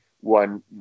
one